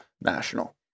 national